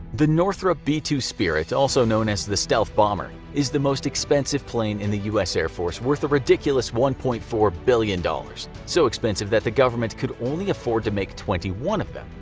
the northrop b two spirit, also known as the stealth bomber, is the most expensive plane in the us air force, worth a ridiculous one point four billion dollars. so expensive that the government could only afford to make twenty one of them.